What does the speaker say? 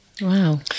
Wow